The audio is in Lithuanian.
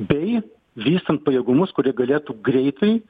bei vystant pajėgumus kurie galėtų greitai